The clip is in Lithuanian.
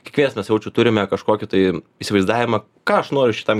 kiekvienas mes jaučiu turime kažkokį tai įsivaizdavimą ką aš noriu šitam